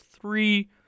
three